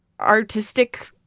artistic